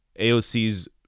AOC's